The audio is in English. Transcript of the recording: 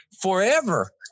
forever